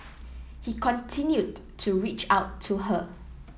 he continued to reach out to her